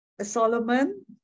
Solomon